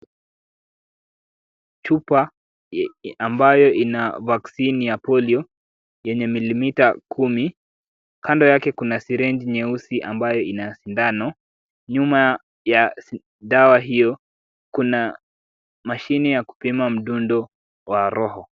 Chupa ambayo ina vaccine ya Polio ina milimita kumi. Kando yake kuna sirinji nyeusi ambayo ina sindano, nyuma ya dawa hio kuna mashine ya kupima mdundo wa roho.